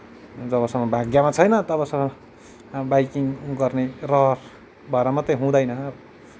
जबसम्म भाग्यमा छैन तबसम्म बाइकिङ गर्ने रहर भएर मात्रै हुँदैन